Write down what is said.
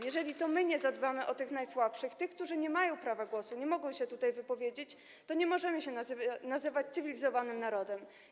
Jeżeli nie zadbamy o tych najsłabszych, tych, którzy nie mają prawa głosu, nie mogą się tutaj wypowiedzieć, to nie możemy się nazywać cywilizowanym narodem.